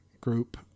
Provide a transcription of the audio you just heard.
group